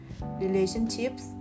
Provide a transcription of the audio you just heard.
relationships